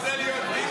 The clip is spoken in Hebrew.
אתה רוצה להיות ביבי?